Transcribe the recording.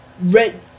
red